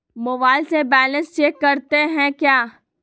Mobile से balance check करते हैं क्या?